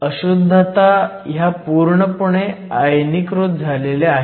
अशुद्धता ह्या पूर्णपणे आयनीकृत झालेल्या आहेत